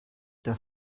der